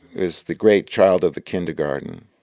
is the great child of the kindergarten.